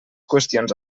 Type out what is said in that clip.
qüestions